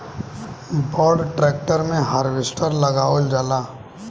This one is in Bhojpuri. बड़ ट्रेक्टर मे हार्वेस्टर लगावल जाला